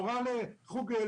נהג הסעות,